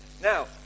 Now